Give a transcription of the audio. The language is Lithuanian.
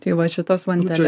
tai va šitas vanteles